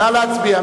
נא להצביע.